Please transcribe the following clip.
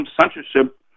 censorship